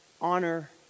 honor